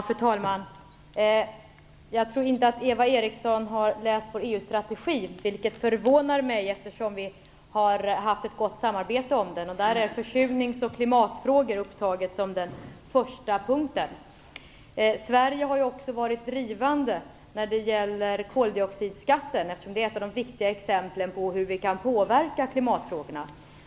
Fru talman! Jag tror inte att Eva Eriksson har läst vår EU-strategi, vilket förvånar mig eftersom vi har haft ett gott samarbete om den. Där är försurningsoch klimatfrågor upptaget som den första punkten. Sverige har också varit drivande när det gäller koldioxidskatten, eftersom det är ett av de viktiga exemplen på hur vi kan påverka klimatfrågorna.